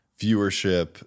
viewership